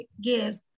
gives